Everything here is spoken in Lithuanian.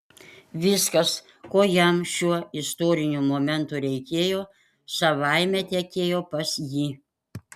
viskas ko jam šiuo istoriniu momentu reikėjo savaime tekėjo pas jį